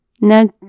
Now